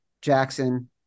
Jackson